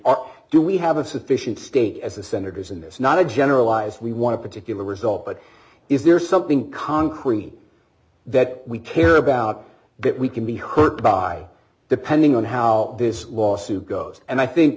idea do we have a sufficient state as the senators in this not to generalize we want to particular result but is there something concrete that we care about that we can be hurt by depending on how this lawsuit goes and i think